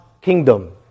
kingdom